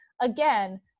again